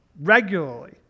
regularly